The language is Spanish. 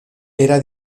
era